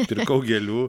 pirkau gėlių